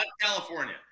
California